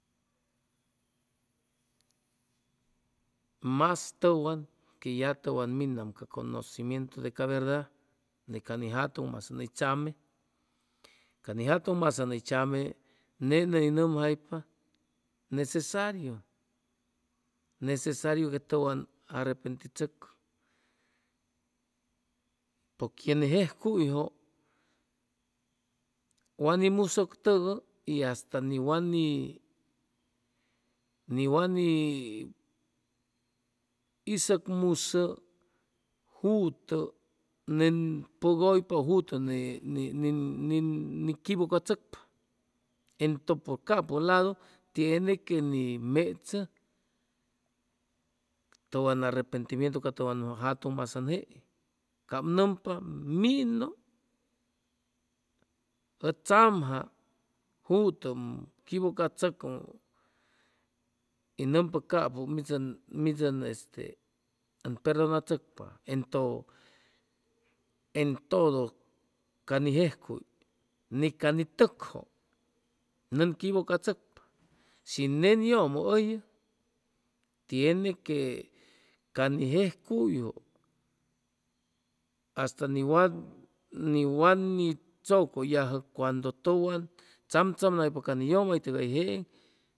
Mas tʉwan que ya tʉwan minam ca conocimiento de ca verda de ca ni jatʉŋ masaŋ hʉy tzame, ca ni jatʉŋ masaŋ hʉy tzame nen hʉy nʉmjaypa necesariu, necesariu que tʉwan arrepentichʉcʉ ye ni jejcuyjʉ wat ni musʉgtʉgʉ y hasta ni wa ni ni wa ni isʉcmusʉ jutʉ nen pʉgʉypa ʉ jutʉ nen nen ni quivʉcachʉcpa entʉ por capʉ ladu tiene que ni mechʉ tʉwan arrepentimientʉ ca tʉwan jatʉn masaŋ jeeŋ cap nʉmpa minʉ ʉ tzamja jutʉ ʉm quivʉcachʉcʉ y nʉmpa capʉ mid ʉn mid ʉn este ʉn perdʉnachʉcpa entʉ en todo ca ni jejcuy ni ca ni tʉkjʉ nen quivʉcachʉcpa shi nen yʉmʉ hʉyʉ tiene que ca ni jejcuyjʉ hasta ni wa ni wa ni tzʉcʉyajʉ cuando tʉwan ni tzamtzamnaypa ca ni yʉmaytʉgay jeeŋ